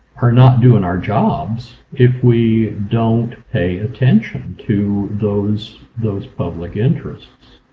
are not doing our jobs if we don't pay attention to those those public interests.